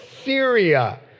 Syria